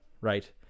right